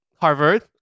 Harvard